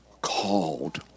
Called